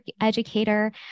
educator